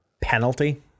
penalty